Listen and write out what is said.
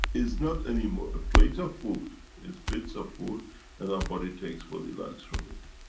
is not anymore a plate of food, is bits of food and our body takes what it likes from it.